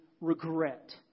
regret